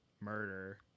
Murder